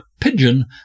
pigeon